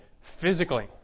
physically